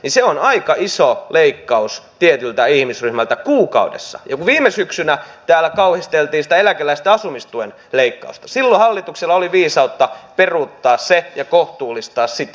se on aika iso leikkaus tietyltä ihmisryhmältä kuukaudessa ja kun viime syksynä täällä kauhisteltiin sitä eläkeläisten asumistuen leikkausta silloin hallituksella oli viisautta peruuttaa se ja kohtuullistaa sitä